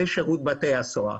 זה שירות בתי הסוהר.